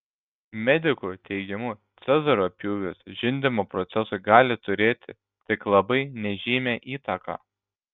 medikų teigimu cezario pjūvis žindymo procesui gali turėti tik labai nežymią įtaką